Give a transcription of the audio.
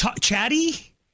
chatty